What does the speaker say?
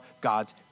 God's